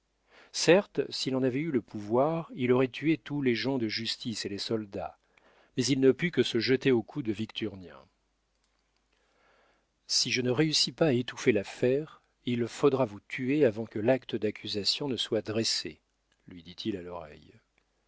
certes s'il en avait eu le pouvoir il aurait tué tous les gens de justice et les soldats mais il ne put que se jeter au cou de victurnien si je ne réussis pas à étouffer l'affaire il faudra vous tuer avant que l'acte d'accusation ne soit dressé lui dit-il à l'oreille